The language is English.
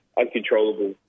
uncontrollable